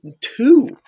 two